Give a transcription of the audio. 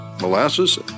molasses